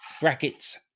brackets